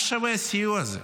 מה שווה הסיוע הזה?